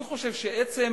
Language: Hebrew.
אני חושב שעצם